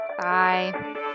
Bye